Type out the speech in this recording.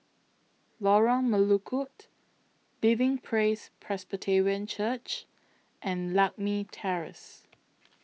Lorong Melukut Living Praise Presbyterian Church and Lakme Terrace